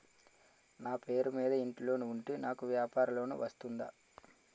నా పేరు మీద ఇంటి లోన్ ఉంటే నాకు వ్యాపార లోన్ వస్తుందా?